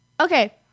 Okay